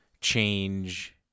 change